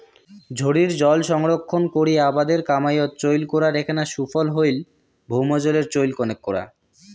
ঝড়ির জল সংরক্ষণ করি আবাদের কামাইয়ত চইল করার এ্যাকনা সুফল হইল ভৌমজলের চইল কণেক করা